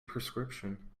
prescription